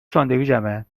ساندویچمه